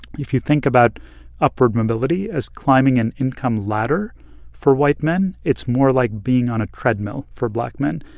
if you think about upward mobility as climbing an income ladder for white men, it's more like being on a treadmill for black men.